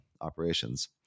Operations